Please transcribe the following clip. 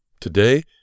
Today